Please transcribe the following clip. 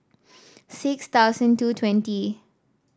six thousand two twenty